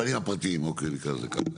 הבעלים הפרטיים, אוקיי, נקרא לזה כך.